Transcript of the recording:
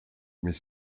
mais